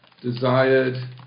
desired